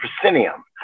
proscenium